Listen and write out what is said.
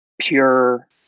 pure